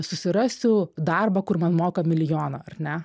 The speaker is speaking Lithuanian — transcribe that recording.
susirasiu darbą kur man moka milijoną ar ne